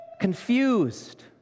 confused